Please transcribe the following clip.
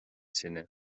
tine